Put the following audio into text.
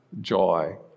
joy